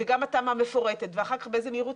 וגם התמ"א המפורטת ואחר כך באיזה מהירות